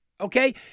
okay